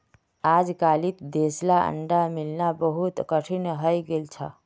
अजकालित देसला अंडा मिलना बहुत कठिन हइ गेल छ